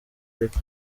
ariko